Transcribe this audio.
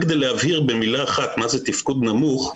רק כדי להבהיר במילה אחת מה זה תפקוד נמוך,